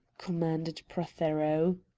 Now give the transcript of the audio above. commanded prothero.